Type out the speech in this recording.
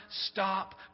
stop